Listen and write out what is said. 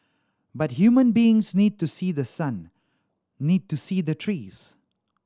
but human beings need to see the sun need to see the trees